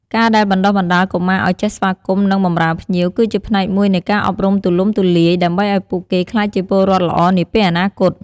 ការដែលបណ្តុះបណ្តាលកុមារឲ្យចេះស្វាគមន៍ និងបម្រើភ្ញៀវ គឺជាផ្នែកមួយនៃការអប់រំទូលំទូលាយ ដើម្បីឲ្យពួកគេក្លាយជាពលរដ្ឋល្អនាពេលអនាគត។